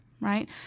Right